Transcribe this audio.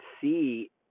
see